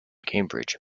cambridge